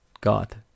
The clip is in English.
God